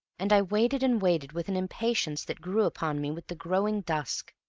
and i waited and waited with an impatience that grew upon me with the growing dusk.